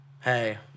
Hey